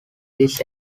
this